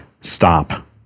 stop